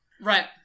Right